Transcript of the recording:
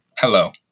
Hello